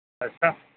اچھا